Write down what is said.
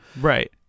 Right